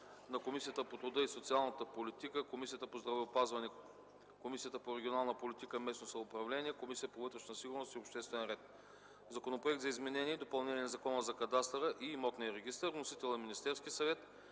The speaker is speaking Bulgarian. Комисията по труда и социалната политика, Комисията по здравеопазването, Комисията по регионална политика и местно самоуправление и Комисията по вътрешна сигурност и обществен ред. - Законопроект за изменение и допълнение на Закона за кадастъра и имотния регистър. Вносител е Министерският съвет.